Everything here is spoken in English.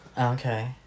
Okay